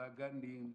בגנים,